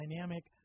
dynamic